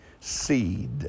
seed